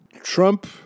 Trump